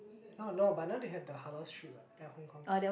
oh no but now they have the halal street what in Hong-Kong